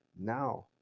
now